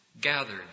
gathered